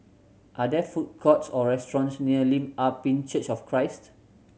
are there food courts or restaurants near Lim Ah Pin Church of Christ